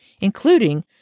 including